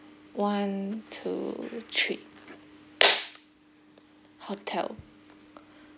one two three hotel